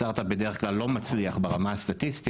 סטארט-אפ בדרך כלל לא מצליח ברמה הסטטיסטית,